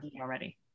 already